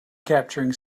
capturing